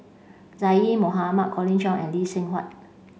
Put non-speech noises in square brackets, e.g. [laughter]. [unintelligible] Mohamad Colin Cheong and Lee Seng Huat